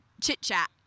chit-chat